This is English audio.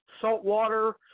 saltwater